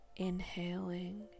inhaling